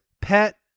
pet